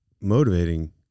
motivating